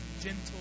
gentle